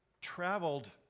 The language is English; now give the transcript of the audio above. traveled